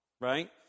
right